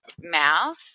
mouth